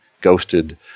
ghosted